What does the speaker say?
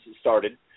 started